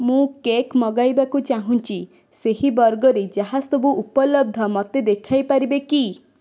ମୁଁ କେକ୍ ମଗାଇବାକୁ ଚାହୁଁଛି ସେହି ବର୍ଗରେ ଯାହା ସବୁ ଉପଲବ୍ଧ ମୋତେ ଦେଖାଇ ପାରିବେ କି